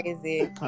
crazy